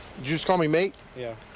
just call me mate? yeah.